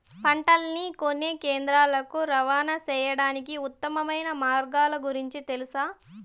పంటలని కొనే కేంద్రాలు కు రవాణా సేయడానికి ఉత్తమమైన మార్గాల గురించి తెలుసా?